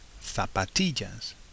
zapatillas